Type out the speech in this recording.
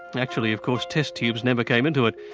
actually of course, test tubes never came into it.